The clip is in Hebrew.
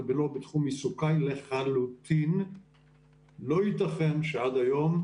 זה לא בתחום עיסוקיי לחלוטין - לא ייתכן שעד היום,